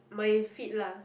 my feet lah